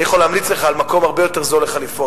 אני יכול להמליץ לך על מקום הרבה יותר זול לחליפות,